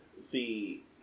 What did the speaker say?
see